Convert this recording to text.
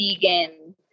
vegan